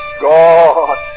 God